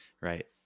Right